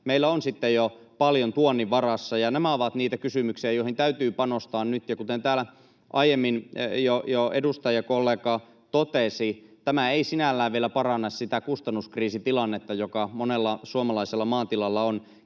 meillä on sitten jo paljon tuonnin varassa. Nämä ovat niitä kysymyksiä, joihin täytyy panostaa nyt, ja kuten täällä aiemmin jo edustajakollega totesi, tämä ei sinällään vielä paranna sitä kustannuskriisitilannetta, joka monella suomalaisella maatilalla on.